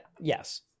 Yes